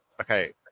okay